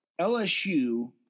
LSU